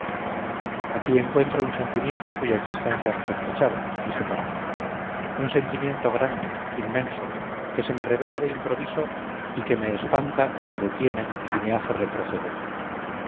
aquí encuentro un sentimiento cuya existencia no sospechaba dije para mí un sentimiento grande inmenso que se me revela de improviso y que me espanta y me detiene y me hace retroceder